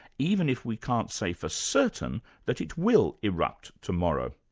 even if we can't say for certain that it will erupt tomorrow.